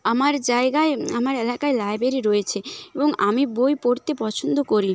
আমার জায়গায় আমার এলাকায় লাইব্রেরি রয়েছে এবং আমি বই পড়তে পছন্দ করি